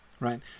right